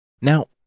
Now